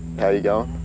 how you going?